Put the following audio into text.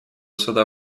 суда